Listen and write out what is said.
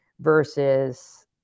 versus